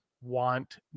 want